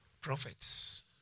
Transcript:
prophets